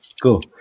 Go